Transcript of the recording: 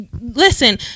listen